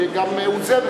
שהיא גם מאוזנת.